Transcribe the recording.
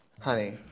Honey